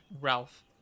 Ralph